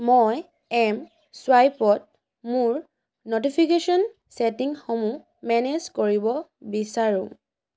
মই এম চুৱাইপত মোৰ ন'টিফিকেশ্যন ছেটিংসমূহ মেনেজ কৰিব বিচাৰোঁ